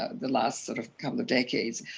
the last sort of couple of decades,